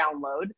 download